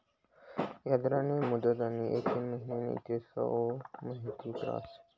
याजदरस्नी मुदतनी येक महिना नैते सऊ महिना रहास